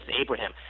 Abraham